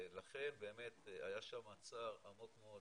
השר המקשר בין הממשלה